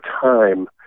time